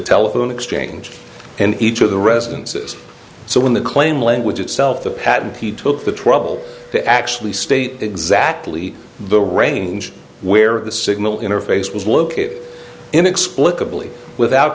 telephone exchange and each of the residences so when the claim language itself the patent he took the trouble to actually state exactly the range where the signal interface w